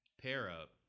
pair-up